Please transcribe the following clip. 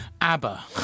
ABBA